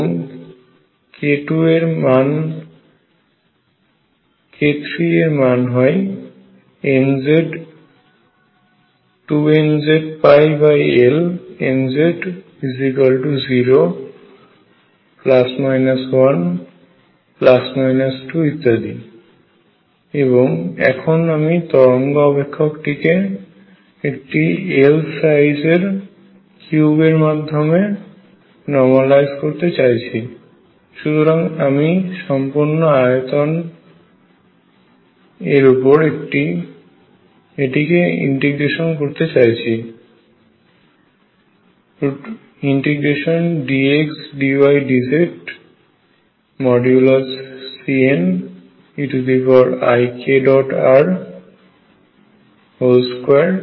এবং k2 এর মান হয় 2nzL nz0±1±2 ইত্যাদি এবং এখন আমি তরঙ্গ অপেক্ষকটিকে একটি L সাইজের কিউবের মাধ্যমে নর্মালাইজ করতে চাইছি সুতরাং আমি সম্পূর্ণ আয়তন এর উপর এটিকে ইন্টিগ্রেশন করতে চাইছি ∫dxdydz CN eik r 21